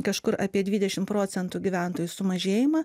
kažkur apie dvidešim procentų gyventojų sumažėjimą